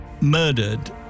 murdered